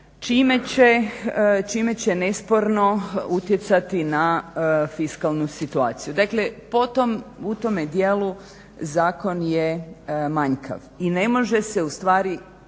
čime će nesporno utjecati na fiskalnu situaciju. Dakle, po tom u tome dijelu zakon je manjkav i ne može se ustvari